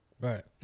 Right